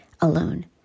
alone